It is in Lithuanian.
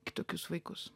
kitokius vaikus